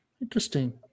Interesting